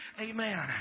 Amen